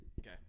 Okay